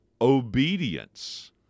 obedience